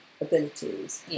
abilities